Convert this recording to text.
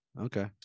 Okay